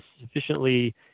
sufficiently